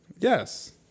Yes